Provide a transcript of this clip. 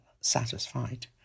satisfied